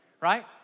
right